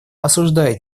осуждает